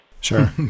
Sure